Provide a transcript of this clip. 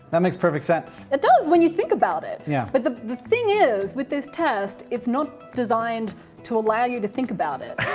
that makes perfect sense. it does when you think about it. yeah but the the thing is with this test, it's not designed to allow you to think about it,